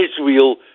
Israel